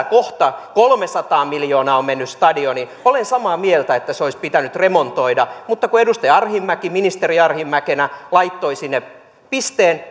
kohta kolmesataa miljoonaa on mennyt stadioniin olen samaa mieltä että se olisi pitänyt remontoida mutta kun edustaja arhinmäki ministeri arhinmäkenä laittoi sinne pisteen